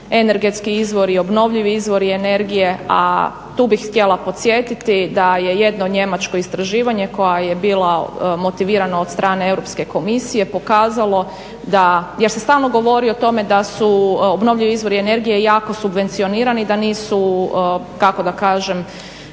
energetski izvori, obnovljivi izvori energije a tu bih htjela podsjetiti da je jedno njemačko istraživanje koja je bila motivirana od strane Europske komisije pokazalo da, jer se stalno govori o tome da su obnovljivi izvori energije jako subvencionirani da nisu kako da kažem